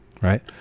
right